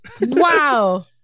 Wow